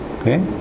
okay